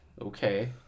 okay